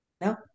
No